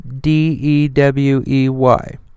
D-E-W-E-Y